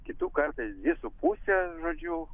kitų kartais su puse žodžiu